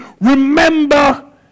remember